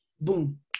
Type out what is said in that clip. boom